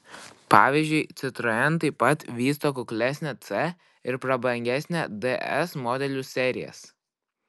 pavyzdžiui citroen taip pat vysto kuklesnę c ir prabangesnę ds modelių serijas